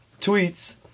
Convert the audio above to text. tweets